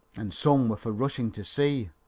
and some were for rushing to see.